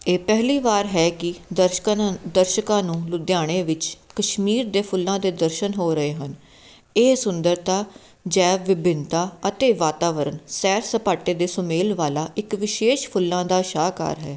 ਇਹ ਪਹਿਲੀ ਵਾਰ ਹੈ ਕਿ ਦਰਸ਼ਕਾਂ ਨਾਲ ਦਰਸ਼ਕਾਂ ਨੂੰ ਲੁਧਿਆਣੇ ਵਿੱਚ ਕਸ਼ਮੀਰ ਦੇ ਫੁੱਲਾਂ ਦੇ ਦਰਸ਼ਨ ਹੋ ਰਹੇ ਹਨ ਇਹ ਸੁੰਦਰਤਾ ਜੈ ਵਿਭਿੰਨਤਾ ਅਤੇ ਵਾਤਾਵਰਨ ਸੈਰ ਸਪਾਟੇ ਦੇ ਸੁਮੇਲ ਵਾਲਾ ਇੱਕ ਵਿਸ਼ੇਸ਼ ਫੁੱਲਾਂ ਦਾ ਸ਼ਾਹਕਾਰ ਹੈ